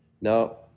Now